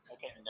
Okay